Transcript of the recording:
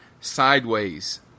Sideways